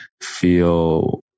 feel